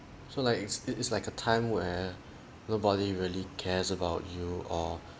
so like it's it's like a time where nobody really cares about you or